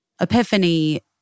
epiphany